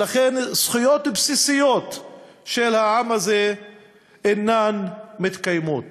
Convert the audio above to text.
ולכן זכויות בסיסיות של העם הזה אינן מתקיימות.